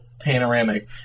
Panoramic